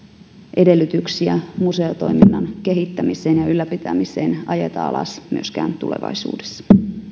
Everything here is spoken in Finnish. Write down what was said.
edellytyksiä museotoiminnan kehittämiseen ja ylläpitämiseen ajeta alas myöskään tulevaisuudessa